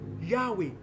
yahweh